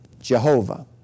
Jehovah